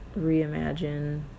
reimagine